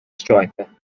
striker